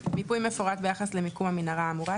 מיפוי מפורט ביחס למיקום המנהרה האמורה,